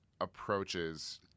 approaches